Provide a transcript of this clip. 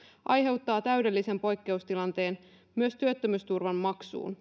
aiheuttaa täydellisen poikkeustilanteen myös työttömyysturvan maksuun